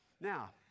Now